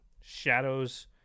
Shadows